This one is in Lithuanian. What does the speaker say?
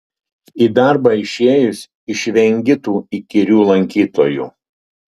į darbą išėjus išvengi tų įkyrių lankytojų